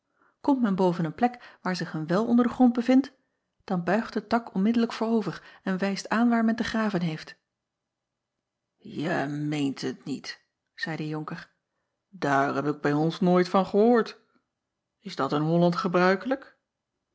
omt men boven een plek waar zich een wel onder den grond bevindt dan buigt de tak onmiddellijk voorover en wijst aan waar men te graven heeft e meent het niet zeî de onker daar heb ik bij ons nooit van gehoord s dat in olland gebruikelijk